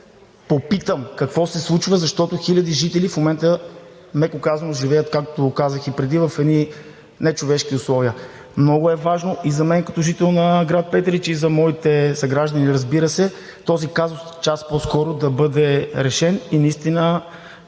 попитам какво се случва, защото хиляди жители в момента меко казано живеят, както казах и преди, в едни нечовешки условия. Много е важно за мен като жител на град Петрич, а и за моите съграждани, разбира се, този казус час по-скоро да бъде решен и това,